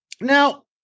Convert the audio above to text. Now